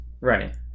right